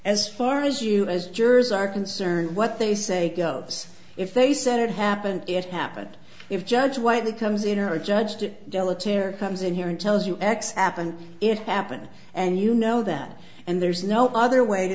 as far as you as jurors are concerned what they say goes if they said it happened it happened if judge white becomes in or a judge to comes in here and tells you x happened it happened and you know that and there's no other way to